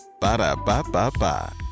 Ba-da-ba-ba-ba